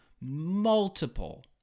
multiple